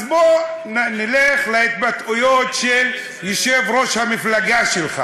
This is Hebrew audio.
אז בואו נלך להתבטאויות של יושב-ראש המפלגה שלך